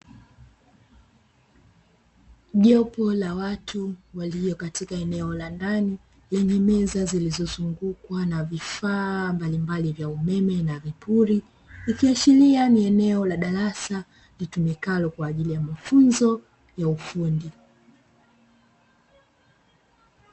Jopo la watu walio katika eneo la ndani, lenye meza zilizozungukwa na vifaa mbalimbali vya umeme na vipuri, ikiashiria ni eneo la darasa litumikalo kwa ajili ya mafunzo ya ufundi.